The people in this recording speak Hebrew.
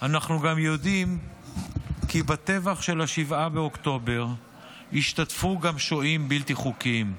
אנחנו גם יודעים כי בטבח של 7 באוקטובר השתתפו גם שוהים בלתי חוקיים.